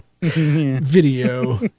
video